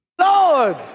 Lord